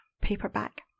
paperback